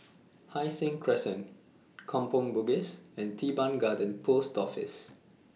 Hai Sing Crescent Kampong Bugis and Teban Garden Post Office